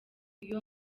iyo